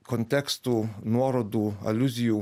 kontekstų nuorodų aliuzijų